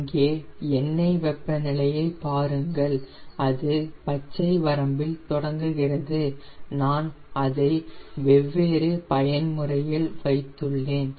இங்கே எண்ணெய் வெப்பநிலையைப் பாருங்கள் அது பச்சை வரம்பில் தொடங்குகிறது நான் அதை வெவ்வேறு பயன்முறையில் வைத்துள்ளேன்